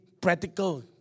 practical